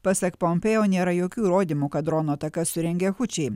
pasak pompėjo nėra jokių įrodymų kad dronų atakas surengė hučiai